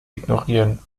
ignorieren